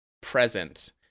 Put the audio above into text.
present